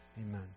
Amen